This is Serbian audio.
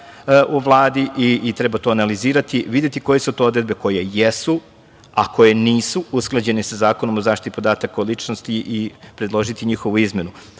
u Vladi i treba to analizirati, videti koje su to odredbe koje jesu, a koje nisu usklađene sa Zakonom o zaštiti podataka o ličnosti i predložiti njihovu izmenu.U